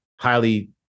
highly